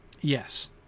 Yes